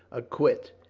acquit.